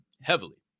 Heavily